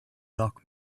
doc